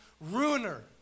ruiner